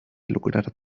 lograr